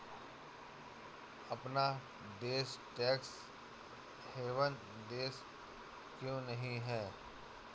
अपना देश tax haven देश क्यों नहीं है?